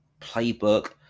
playbook